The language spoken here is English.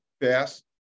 fast